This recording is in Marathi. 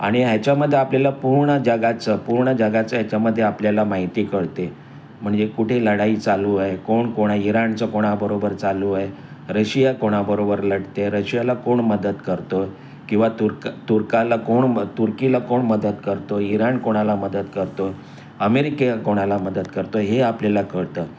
आणि ह्याच्यामध्ये आपल्याला पूर्ण जगाचं पूर्ण जगाचं याच्यामध्ये आपल्याला माहिती कळते म्हणजे कुठे लढाई चालू आहे कोण कोणा इराणचं कोणाबरोबर चालू आहे रशिया कोणाबरोबर लढते रशियाला कोण मदत करतो आहे किंवा तुर्क तुर्काला कोण तुर्कीला कोण मदत करतो इराण कोणाला मदत करतो आहे अमेरिका कोणाला मदत करतो हे आपल्याला कळतं